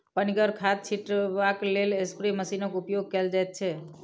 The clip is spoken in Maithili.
पनिगर खाद छीटबाक लेल स्प्रे मशीनक उपयोग कयल जाइत छै